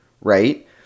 right